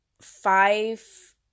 five